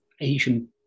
Asian